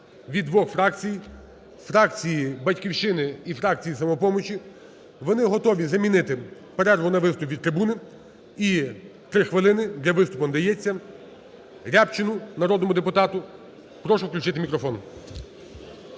від двох фракцій: фракції "Батьківщина" і фракції "Самопомочі". Вони готові замінити перерву на виступ від трибуни і три хвилини для виступу надається Рябчину, народному депутату. Прошу включити мікрофон.